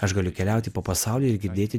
aš galiu keliauti po pasaulį ir girdėti